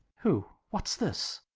who? what's this?